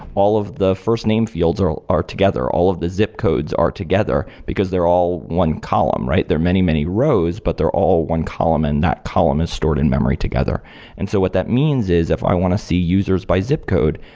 all of the first name fields are together, all of the zip codes are together, because they're all one column, right? there are many, many rows, but they're all one column and that column is stored in memory together and so what that means is if i want to see users by zip code,